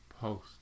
post